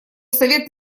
совет